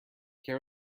care